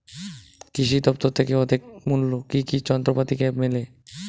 কৃষি দফতর থেকে অর্ধেক মূল্য কি কি যন্ত্রপাতি মেলে?